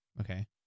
Okay